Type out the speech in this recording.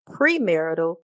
premarital